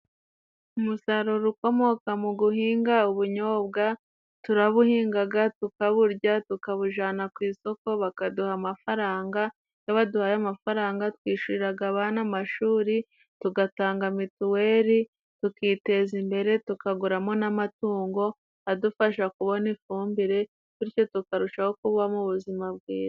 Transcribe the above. Umusaruro ukomoka mu guhinga ubunyobwa, turabuhingaga tukaburya, tukabujana ku isoko bakaduha amafaranga, iyo baduhaye amafaranga twishuriraga abana amashuri, tugatanga mituweri, tukiteza imbere tukaguramo n'amatungo adufasha kubona ifumbire, bityo tukarushaho kuba mu buzima bwiza.